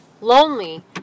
Lonely